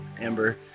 Amber